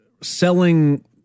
selling